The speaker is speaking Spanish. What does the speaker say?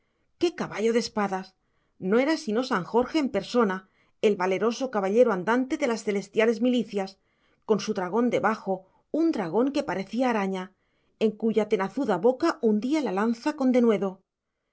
qué caballo de espadas no era sino san jorge en persona el valeroso caballero andante de las celestiales milicias con su dragón debajo un dragón que parecía araña en cuya tenazuda boca hundía la lanza con denuedo